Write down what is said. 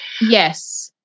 Yes